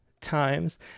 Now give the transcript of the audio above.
Times